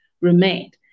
remained